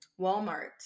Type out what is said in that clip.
Walmart